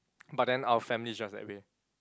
but then our family is just that way